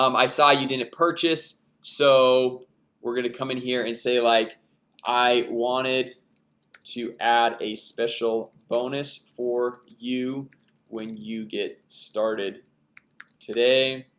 um i saw you didn't purchase so we're gonna come in here and say like i wanted to add a special bonus for you when you get started today